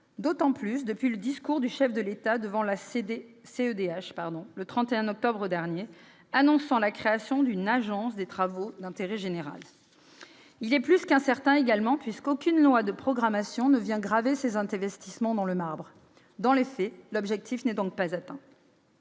d'autant plus depuis le discours du chef de l'État devant la CEDH, la Cour européenne des droits de l'homme, le 31 octobre dernier, annonçant la création d'une agence des travaux d'intérêt général. Il est plus qu'incertain, également, car aucune loi de programmation ne vient graver ces investissements dans le marbre. Dans les faits, l'objectif n'est pas atteint.